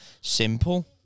simple